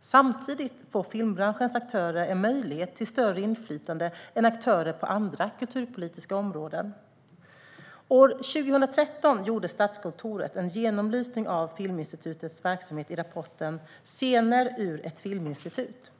Samtidigt får filmbranschens aktörer en möjlighet till större inflytande än aktörer på andra kulturpolitiska områden. År 2013 gjorde Statskontoret en genomlysning av Filminstitutets verksamhet i rapporten Scener ur ett Filminstitut .